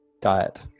diet